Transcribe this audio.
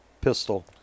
pistol